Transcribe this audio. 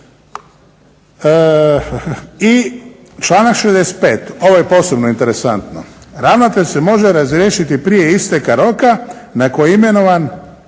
I članak 65. ovo je posebno interesantno. Ravnatelj se može razriješiti prije isteka roka na koji je imenovan